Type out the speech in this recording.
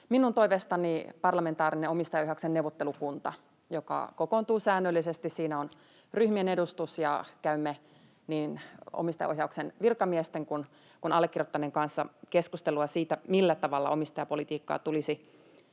minun toiveestani parlamentaarinen omistajaohjauksen neuvottelukunta, joka kokoontuu säännöllisesti. Siinä on ryhmien edustus, ja käymme niin omistajaohjauksen virkamiesten kuin allekirjoittaneen kanssa keskustelua siitä, millä tavalla omistajapolitiikkaa tulisi